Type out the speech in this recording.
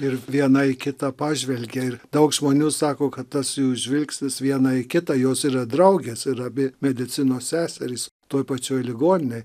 ir viena į kitą pažvelgė ir daug žmonių sako kad tas jų žvilgsnis viena į kitą jos yra draugės ir abi medicinos seserys toj pačioj ligoninėj